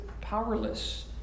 powerless